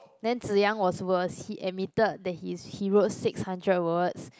then Zi Yang was worse he admitted that he's he wrote six hundred words